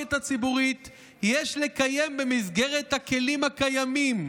המחלוקת הציבורית יש לקיים במסגרת הכלים הקיימים.